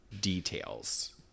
details